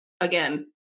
again